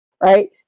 Right